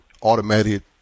automated